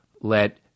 let